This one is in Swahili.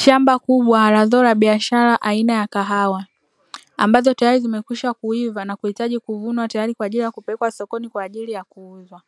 Shamba kubwa la zao la biashara aina ya kahawa. Ambazo tayari zimekwisha kuiva na kuhitaji kuvunwa tayari kwa ajili ya kupelekwa sokoni kwa ajili ya kuuzwa.